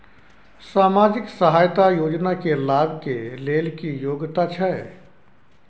सामाजिक सहायता योजना के लाभ के लेल की योग्यता छै?